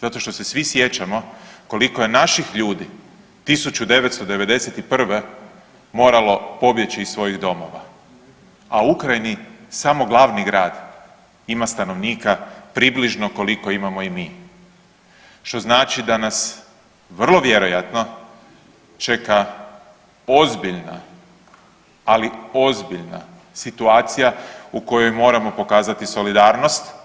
Zato što se svi sjećamo koliko je naših ljudi 1991. moralo pobjeći iz svojih domova, a u Ukrajini samo glavni grad ima stanovnika približno koliko imamo i mi što znači da nas vrlo vjerojatno čeka ozbiljna, ali ozbiljna situacija u kojoj moramo pokazati solidarnost.